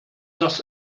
das